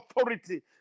authority